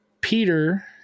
Peter